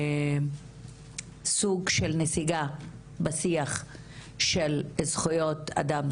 סוג של נסיגה בשיח של זכויות אדם,